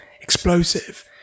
explosive